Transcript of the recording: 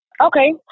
Okay